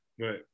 Right